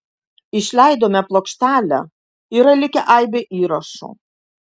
išleidome plokštelę yra likę aibė įrašų